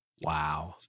Wow